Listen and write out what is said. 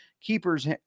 keepers